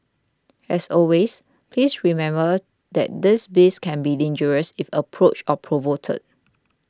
as always please remember that these beasts can be dangerous if approached or provoked